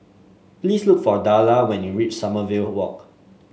please look for Darla when you reach Sommerville Walk